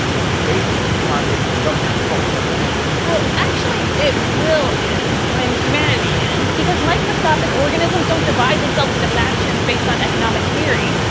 but the debate over free markets and government control will never end. adriene well, actually, it will end, when humanity ends, because microscopic organisms don't divide themselves into factions based on economic theory,